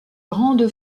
grande